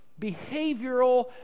behavioral